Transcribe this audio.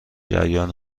جریان